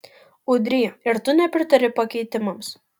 udry ir tu nepritari pakeitimams